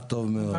מודעת טוב מאוד.